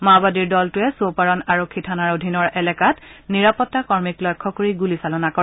মাওবাদীৰ দলটোৱে চৌপাৰণ আৰক্ষী থানাৰ অধীনৰ এলেকাত নিৰাপত্তাকৰ্মীক লক্ষ্য কৰি গুলীচালনা কৰে